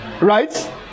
Right